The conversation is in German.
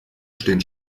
stehen